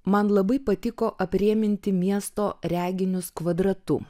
man labai patiko aprėminti miesto reginius kvadratu